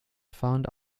found